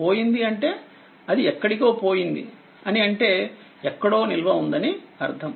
పోయింది అంటే అది ఎక్కడికో పోయింది అని అంటే ఎక్కడో నిల్వ ఉందని అర్థం